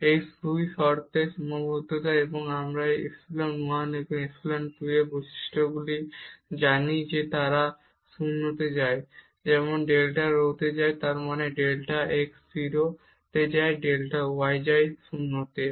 এই 2 টি শর্তের সীমাবদ্ধতা এবং আমরা এই ইপসিলন 1 এবং ইপসিলন 2 এর বৈশিষ্ট্যগুলি জানি যে তারা 0 তে যায় যেমন ডেল্টা রো যায় 0 মানে ডেল্টা x 0 তে যায় ডেল্টা y যায় 0 তে